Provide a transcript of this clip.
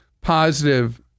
positive